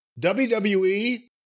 WWE